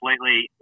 completely